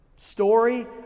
Story